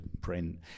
print